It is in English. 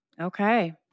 Okay